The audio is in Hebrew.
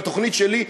בתוכנית שלי,